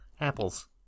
apples